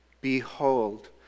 Behold